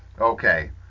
okay